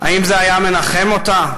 האם זה היה מנחם אותה,